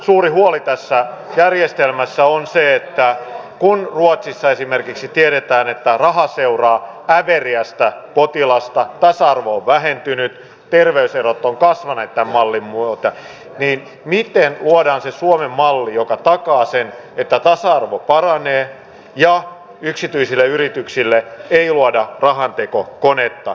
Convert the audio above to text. suuri huoli tässä järjestelmässä on se että kun ruotsissa esimerkiksi tiedetään että tämän mallin myötä raha seuraa äveriästä potilasta tasa arvo on vähentynyt terveyserot ovat kasvaneet niin miten luodaan se suomen malli joka takaa sen että tasa arvo paranee ja yksityisille yrityksille ei luoda rahantekokonetta